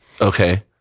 okay